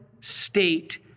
state